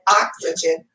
oxygen